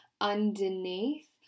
underneath